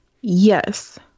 Yes